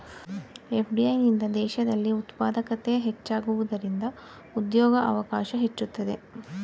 FDI ನಿಂದ ದೇಶದಲ್ಲಿ ಉತ್ಪಾದಕತೆ ಹೆಚ್ಚಾಗುವುದರಿಂದ ಉದ್ಯೋಗವಕಾಶ ಹೆಚ್ಚುತ್ತದೆ